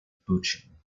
buchan